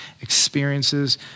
experiences